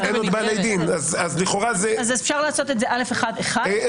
אז אפשר לעשות את זה א(1)(1).